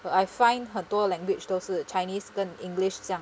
I find 很多 language 都是 chinese 跟 english 这样